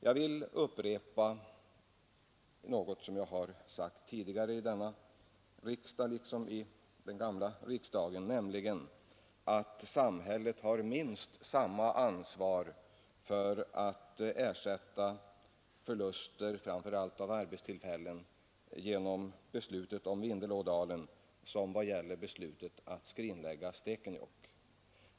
Jag vill upprepa något som jag har sagt tidigare i detta riksdagshus och även i det gamla: Samhället har minst lika stort ansvar för att ersätta förlusterna av arbetstillfällen när det gäller beslutet att inte bygga ut Vindelälven som när det gällde beslutet att skrinlägga planerna på gruvbrytning i Stekenjokk.